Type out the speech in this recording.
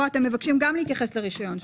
פה אתם גם מבקשים להתייחס לרשיון.